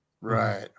Right